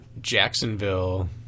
Jacksonville